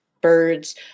birds